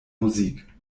musik